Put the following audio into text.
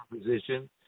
position